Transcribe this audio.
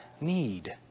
need